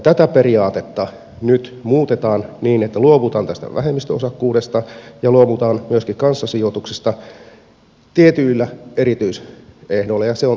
tätä periaatetta nyt muutetaan niin että luovutaan tästä vähemmistöosakkuudesta ja luovutaan myöskin kanssasijoituksista tietyillä erityisehdoilla se on teollisuuspoliittinen syy